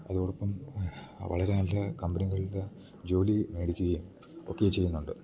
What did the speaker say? അതോടൊപ്പം വളരെ നല്ല കമ്പനികൾക്ക് ജോലി മേടിക്ക്കയും ഒക്കെ ചെയ്യ്ന്നൊണ്ട്